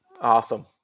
Awesome